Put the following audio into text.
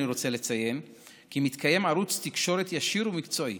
אני רוצה לציין כי מתקיים ערוץ תקשורת ישיר ומקצועי